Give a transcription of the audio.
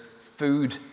food